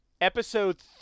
episode